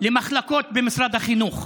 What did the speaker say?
למחלקות במשרד החינוך,